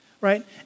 right